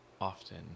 often